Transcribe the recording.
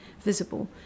visible